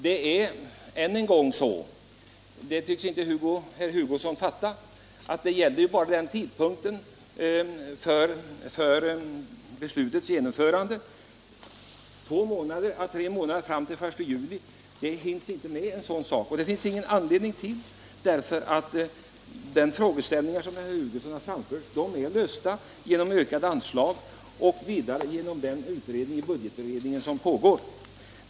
Det är än en gång så — det tycks inte herr Hugosson fatta — att det bara gällde tidpunkten för beslutets genomförande, två å tre månader fram till den 1 juli. Det finns inte med, och det finns ingen anledning till de frågor som herr Hugosson har framfört, därför att de är lösta genom ökade anslag och genom den utredning som pågår i budgetbe redningen.